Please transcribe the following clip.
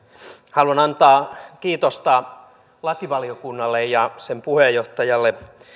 haluan antaa kiitosta lakivaliokunnalle ja sen puheenjohtajalle